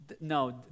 No